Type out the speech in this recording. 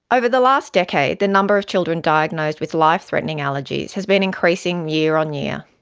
over the last decade, the number of children diagnosed with life-threatening allergies has been increasing year on year.